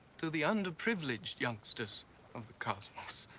to the underprivileged youngsters of the cosmos.